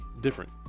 different